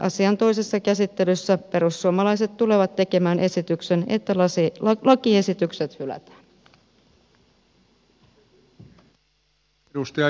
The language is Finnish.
asian toisessa käsittelyssä perussuomalaiset tulevat tekemään esityksen että lakiesitykset hylätään